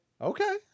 Okay